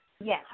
Yes